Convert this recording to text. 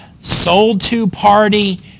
sold-to-party